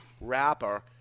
rapper